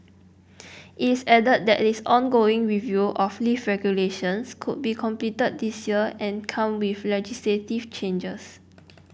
it's added that its ongoing review of lift regulations could be completed this year and come with legislative changes